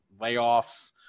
layoffs